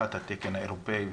הפיכת התקן האירופאי,